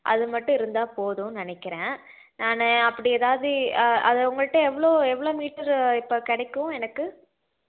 அது மட்டும் இருந்தால் போதும்னு நினக்கிறேன் நான் அப்படி எதாவது அதை உங்கள்கிட்ட எவ்வளோ எவ்வளோ மீட்டரு இப்போ கிடைக்கும் எனக்கு